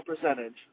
percentage